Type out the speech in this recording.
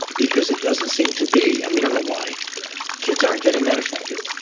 because it doesn't seem to be. and we don't know why kids aren't getting that affected.